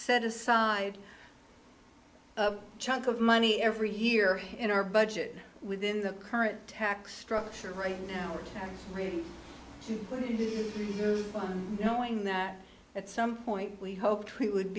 set aside a chunk of money every year in our budget within the current tax structure right now we're really going to move on knowing that at some point we hope treat would